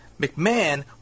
McMahon